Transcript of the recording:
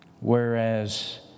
whereas